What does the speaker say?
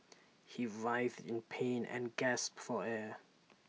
he writhed in pain and gasped for air